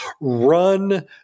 run